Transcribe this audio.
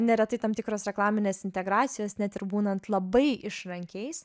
neretai tam tikros reklaminės integracijos net ir būnant labai išrankiais